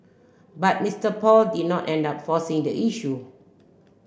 but Mister Paul did not end up forcing the issue